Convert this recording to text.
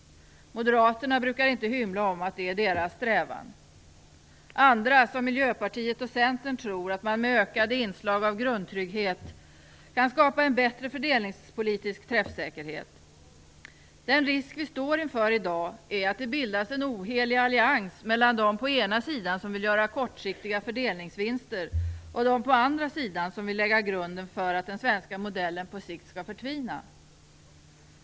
Moderaterna brukar inte hymla med att det är deras strävan. Andra, som Miljöpartiet och Centern, tror att man med ökade inslag av grundtrygghet kan skapa en bättre fördelningspolitisk träffsäkerhet. Den risk vi står inför i dag är att det bildas en ohelig allians mellan de på ena sidan som vill göra kortsiktiga fördelningsvinster och de på andra sidan som vill lägga grunden för att den svenska modellen på sikt skall förtvina.